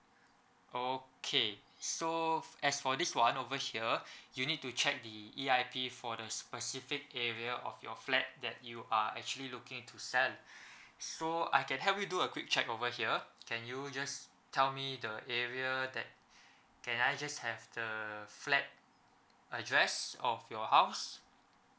okay so as for this [one] over here you need to check the E_I_P for the specific area of your flat that you are actually looking to sell so I can help you do a quick check over here can you just tell me the area that can I just have the flat address of your house